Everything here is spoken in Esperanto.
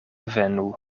venu